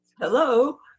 Hello